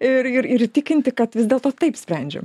ir ir ir įtikinti kad vis dėlto taip sprendžiam